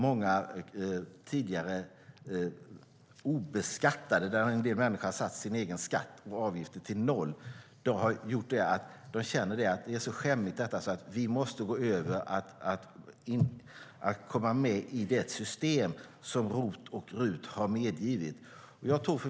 Många tidigare obeskattade - en del människor satte sin egen skatt och avgifter till noll - känner att det är så skämmigt att de måste gå över och komma med i det system som ROT och RUT har medgivit.